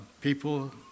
people